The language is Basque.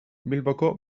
bilboko